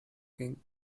king